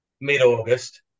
mid-August